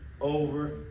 over